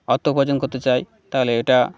অর্থ উপার্জন করতে চায় তাহলে এটা